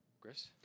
Chris